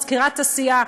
מזכירת הסיעה,